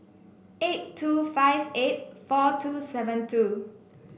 eight two five eight four two seven two